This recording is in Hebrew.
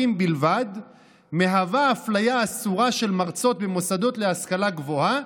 בלבד מהווה אפליה אסורה של מרצות במוסדות להשכלה גבוהה,